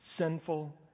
sinful